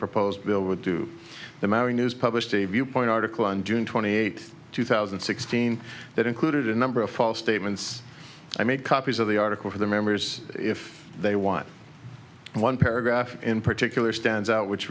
proposed bill would do the mowing news published a viewpoint article on june twenty eighth two thousand and sixteen that included a number of false statements i made copies of the article for the members if they want one paragraph in particular stands out which